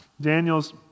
Daniel's